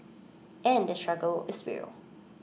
and the struggle is real